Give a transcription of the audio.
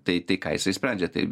tai tai ką jisai sprendžia tai